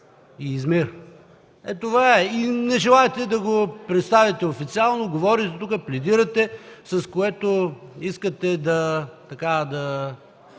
и Измир. Не желаете да го представите официално, говорите тук, пледирате, с което искате да